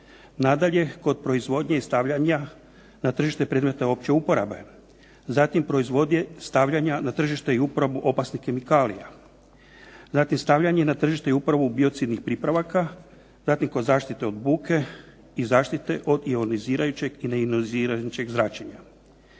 Nadalje, kod proizvodnje i stavljanja na tržište predmeta opće uporabe, zatim proizvodnje, stavljanja na tržište i uporabu opasnih kemikalija, zatim stavljanje na tržište i uporabu biocidnih pripravaka, .../Govornik se ne razumije./... od zaštite od buke i zaštite od ionizirajućeg i neionizirajućeg zračenja.